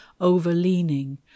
overleaning